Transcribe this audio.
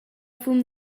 fum